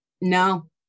No